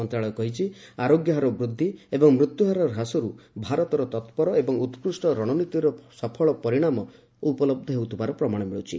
ମନ୍ତ୍ରଣାଳୟ କହିଛି ଆରୋଗ୍ୟ ହାର ବୃଦ୍ଧି ଏବଂ ମୃତ୍ୟୁହାର ହ୍ରାସରୁ ଭାରତର ତତ୍ପର ଏବଂ ଉକୁଷ୍ଟ ରଣନୀତିର ସଫଳ ପରିଣାମ ଉପଲବ୍ଧ ହେଉଥିବାର ପ୍ରମାଣ ମିଳୁଛି